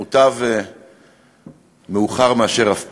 מוטב מאוחר מאשר אף פעם,